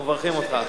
אנחנו מברכים אותך.